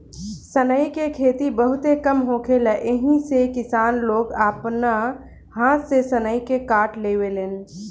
सनई के खेती बहुते कम होखेला एही से किसान लोग आपना हाथ से सनई के काट लेवेलेन